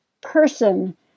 person